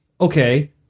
Okay